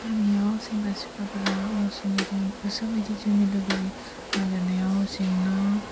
गामियाव सेंग्रा सिख्लाफोरा गावसोरनि गोसोबायदि जिउनि लोगोरि नागिरनायाव जेंना